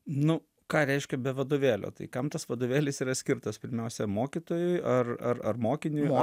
nu ką reiškia be vadovėlio tai kam tas vadovėlis yra skirtas pirmiausia mokytojui ar ar ar mokiniui